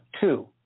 Two